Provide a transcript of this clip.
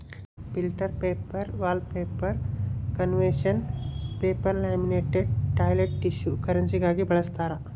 filter paper wallpaper conservation paper laminated toilet tissue ಕರೆನ್ಸಿಗಾಗಿ ಬಳಸ್ತಾರ